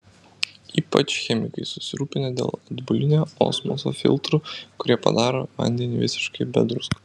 ypač chemikai susirūpinę dėl atbulinio osmoso filtrų kurie padaro vandenį visiškai be druskų